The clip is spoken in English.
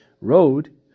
road